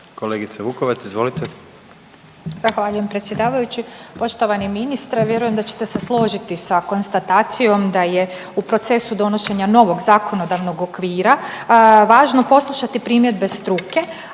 Ružica (Nezavisni)** Zahvaljujem predsjedavajući. Poštovani ministre vjerujem da ćete se složiti sa konstatacijom da je u procesu donošenja novog zakonodavnog okvira važno poslušati primjedbe struke,